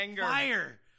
fire